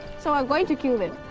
so i'm going to kill them.